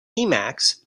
emacs